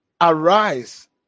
Arise